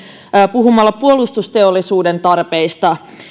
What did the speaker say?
puhumalla puolustusteollisuuden tarpeista